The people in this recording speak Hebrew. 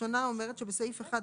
בסעיף 1,